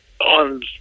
On